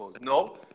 No